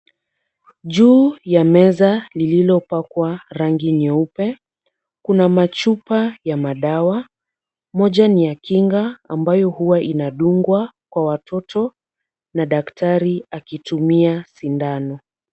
Juu ya meza lililopakwa rangi nyeupe. Kuna machupa ya madawa. Moja ni ya kinga ambayo huwa inadungwa kwa watoto na daktari akitumia sindano.